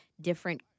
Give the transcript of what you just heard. different